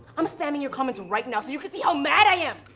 i'm spamming your comments right now so you can see how mad i am!